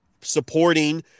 supporting